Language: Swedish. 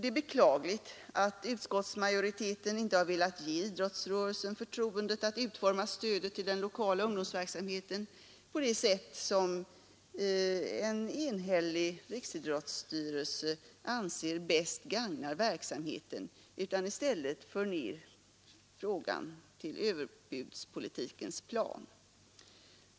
Det är beklagligt att utskottsmajoriteten inte har velat ge idrottsrörelsen förtroendet att utforma stödet till den lokala ungdomsverksamheten på det sätt som en enhällig riksidrottsstyrelse anser bäst gagna verksamheten utan i stället för ner frågan till överbudspolitikens plan.